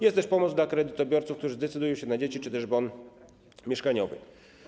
Jest też pomoc dla kredytobiorców, którzy zdecydują się na dzieci, czy też bon mieszkaniowy.